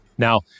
Now